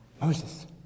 Moses